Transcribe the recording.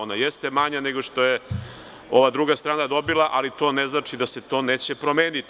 Ona jeste manja nego što je ova druga strana dobila, ali to ne znači da se to neće promeniti.